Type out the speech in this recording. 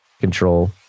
control